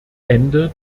ende